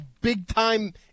big-time